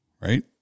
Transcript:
Right